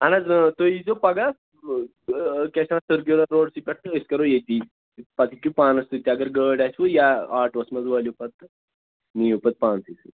اَہَن حظ تُہۍ ییٖزیٚو پگاہ کیٛاہ چھِ اتھ وَنان سٔرکوٗلَر روڈسٕے پٮ۪ٹھ تہٕ أسۍ کَرو ییٚتی پَتہٕ ہیٚکِو پانَس سۭتۍ تہِ اگر گٲڑۍ آسوٕ یا آٹوٗہس منٛز وٲلِو پَتہٕ تہٕ نِیِو پَتہٕ پانسٕے سۭتۍ